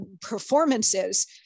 Performances